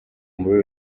muri